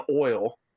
oil